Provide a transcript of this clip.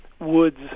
Woods